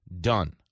done